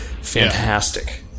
fantastic